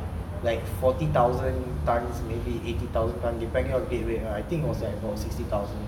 like forty thousand tonnes may be eighty thousand tonnes depending on dead weight ah I think it was about sixty thousand